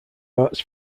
arts